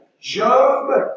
Job